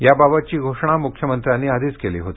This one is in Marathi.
याबाबतची घोषणा मुख्यमंत्र्यांनी आधीच केली होती